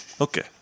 Okay